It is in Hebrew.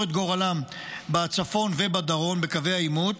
את גורלם בצפון ובדרום בקווי העימות.